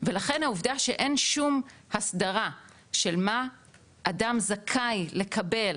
ולכן העובדה שאין שום הסדרה של מה אדם זכאי לקבל